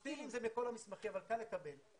אפוסטילים הם על כל המסמכים אבל קל לקבל אותם.